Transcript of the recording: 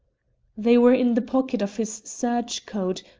they were in the pocket of his serge coat,